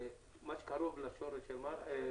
מה שקרוב לשורש של מרגי,